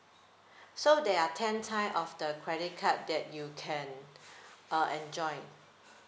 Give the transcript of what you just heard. so there are ten times of the credit card that you can uh enjoy